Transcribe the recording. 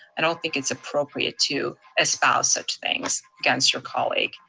i don't think it's appropriate to espouse such things against your colleague.